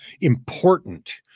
important